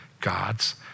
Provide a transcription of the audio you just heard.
God's